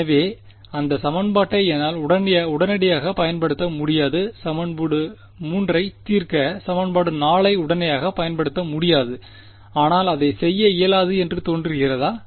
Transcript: எனவே இந்த சமன்பாட்டை என்னால் உடனடியாக பயன்படுத்த முடியாது சமன்பாடு 3 ஐ தீர்க்க சமன்பாடு 4 ஐ உடனடியாக பயன்படுத்த முடியாது ஆனால் அதை செய்ய இயலாது என்று தோன்றுகிறதா